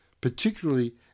particularly